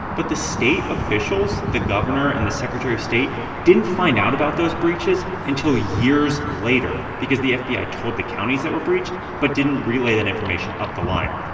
but the state officials, the governor and the secretary of state didn't find out about those breaches until years later because the fbi told the counties that were breached but didn't relay that information up the line.